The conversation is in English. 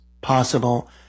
possible